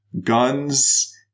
guns